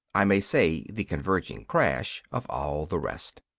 i may say the converging crash of all the rest.